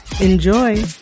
Enjoy